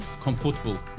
Comfortable